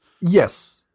yes